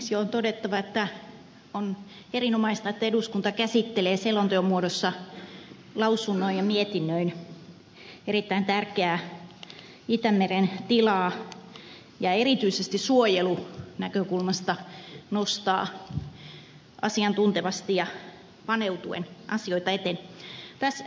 ensiksi on todettava että on erinomaista että eduskunta käsittelee selonteon muodossa lausunnoin ja mietinnöin erittäin tärkeää itämeren tilaa ja erityisesti suojelunäkökulmasta nostaa asiantuntevasti ja paneutuen asioita esiin